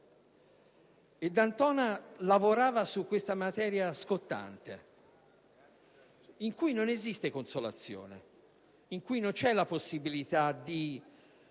D'Antona lavorava su questa materia scottante, in cui non esiste consolazione e non c'è la possibilità di